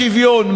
חוסר שוויון,